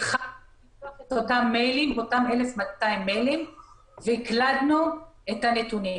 התחלנו לפתוח את אותם 1,200 מיילים והקלדנו את הנתונים.